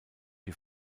die